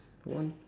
one